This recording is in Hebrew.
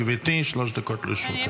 גברתי, שלוש דקות לרשותך.